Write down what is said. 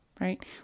right